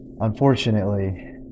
unfortunately